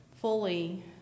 fully